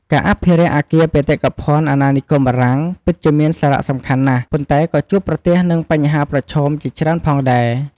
ការអភិរក្សអគារបេតិកភណ្ឌអាណានិគមបារាំងពិតជាមានសារៈសំខាន់ណាស់ ប៉ុន្តែវាក៏ជួបប្រទះនឹងបញ្ហាប្រឈមជាច្រើនផងដែរ។